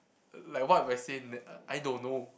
like what have I seen I don't know